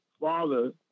father